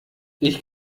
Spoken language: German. ich